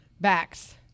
backs